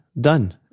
done